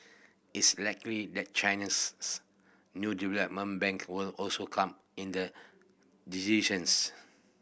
it's likely that China's new development bank will also come in the decisions